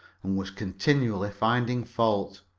and was continually finding fault.